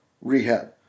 rehab